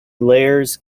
layers